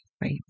Right